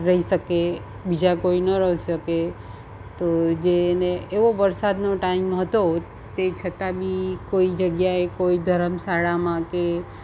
રહી શકે બીજા કોઈ ન રહી શકે તો જે એને એવો વરસાદનો ટાઈમ હતો તે છતાં બી કોઈ જગ્યાએ કોઈ ધરમ શાળામાં કે